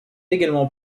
également